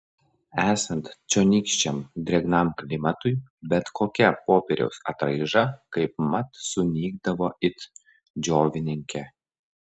esant čionykščiam drėgnam klimatui bet kokia popieriaus atraiža kaipmat sunykdavo it džiovininkė